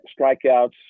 strikeouts